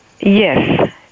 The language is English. Yes